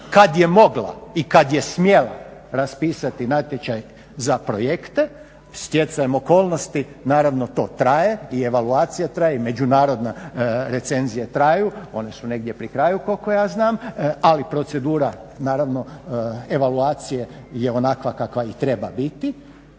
kad je mogla i kad je smjela raspisati natječaj za projekte. Stjecajem okolnosti naravno to traje i evaluacija traje i međunarodne recenzije traju. One su negdje pri kraju koliko ja znam, ali procedura naravno evaluacije je onakva kakva i treba biti.